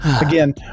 Again